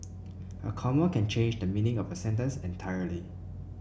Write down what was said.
a comma can change the meaning of a sentence entirely